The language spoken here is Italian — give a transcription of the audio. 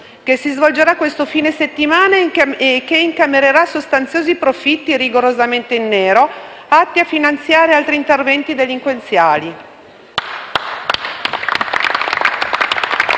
che si svolgerà questo fine settimana e che incamererà sostanziosi profitti, rigorosamente in nero, atti a finanziare altri interventi delinquenziali.